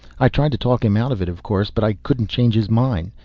i tried to talk him out of it, of course, but i couldn't change his mind.